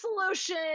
solution